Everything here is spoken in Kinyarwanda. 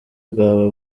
bwaba